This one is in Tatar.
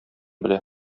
белә